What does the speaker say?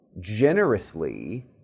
generously